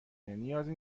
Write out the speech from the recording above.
نیازی